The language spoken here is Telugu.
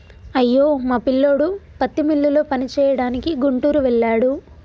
అయ్యో మా పిల్లోడు పత్తి మిల్లులో పనిచేయడానికి గుంటూరు వెళ్ళాడు